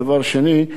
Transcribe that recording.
דבר שני,